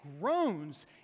groans